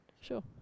Sure